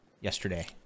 yesterday